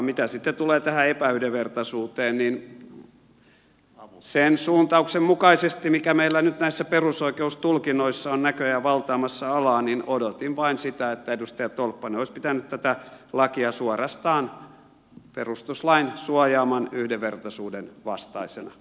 mitä tulee tähän epäyhdenvertaisuuteen niin sen suuntauksen mukaisesti mikä meillä nyt näissä perusoikeustulkinnoissa on näköjään valtaamassa alaa odotin vain sitä että edustaja tolppanen olisi pitänyt tätä lakia suorastaan perustuslain suojaaman yhdenvertaisuuden vastaisena